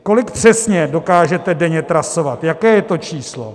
Kolik přesně dokážete denně trasovat, jaké je to číslo?